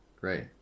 great